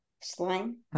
Slime